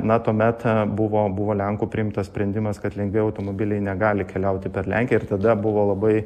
na tuomet buvo buvo lenkų priimtas sprendimas kad lengvieji automobiliai negali keliauti per lenkiją ir tada buvo labai